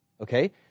okay